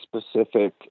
specific